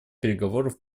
переговоров